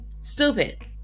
stupid